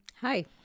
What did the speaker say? Hi